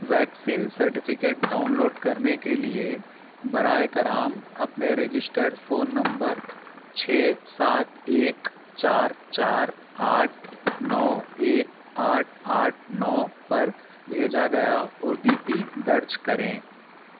vaccine certificate download کرنے کے لیے براہ کرم اپنے رجسٹرڈ فون نمبر چھ سات ایک چار چار آٹھ نو ایک آٹھ آٹھ نو پر بھیجا گیا او ٹی پی درج کریں